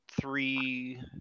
three